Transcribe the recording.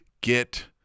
get